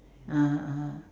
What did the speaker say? (uh huh) ah